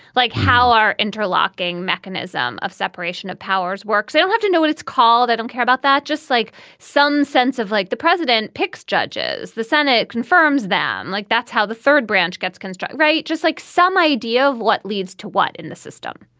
like how are interlocking mechanism of separation of powers works they'll have to know what it's called i don't care about that just like some sense of like the president picks judges the senate confirms that like that's how the third branch gets construct right just like some idea of what leads to what in the system